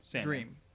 dream